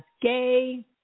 gay